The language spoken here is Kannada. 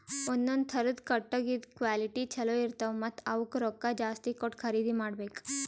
ಒಂದೊಂದ್ ಥರದ್ ಕಟ್ಟಗಿದ್ ಕ್ವಾಲಿಟಿ ಚಲೋ ಇರ್ತವ್ ಮತ್ತ್ ಅವಕ್ಕ್ ರೊಕ್ಕಾ ಜಾಸ್ತಿ ಕೊಟ್ಟ್ ಖರೀದಿ ಮಾಡಬೆಕ್